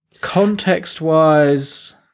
Context-wise